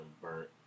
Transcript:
Burnt